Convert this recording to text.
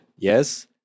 Yes